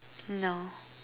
no